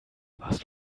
was